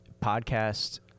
podcast